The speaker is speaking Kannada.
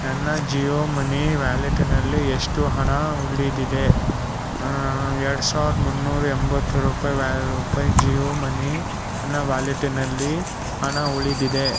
ನನ್ನ ಜಿಯೋ ಮನಿ ವ್ಯಾಲೆಟಿನಲ್ಲಿ ಎಷ್ಟು ಹಣ ಉಳಿದಿದೆ ಎರಡು ಸಾವಿರದ ಮುನ್ನೂರ ಎಂಬತ್ತು ರೂಪಾಯಿ ವ್ಯಾ ರೂಪಾಯಿ ಜಿಯೋ ಮನಿ ನನ್ನ ವ್ಯಾಲೆಟಿನಲ್ಲಿ ಹಣ ಉಳಿದಿದೆ